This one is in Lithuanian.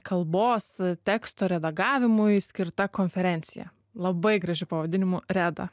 kalbos teksto redagavimui skirta konferencija labai gražiu pavadinimu reda